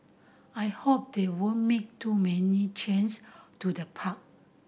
I hope they won't make too many change to the park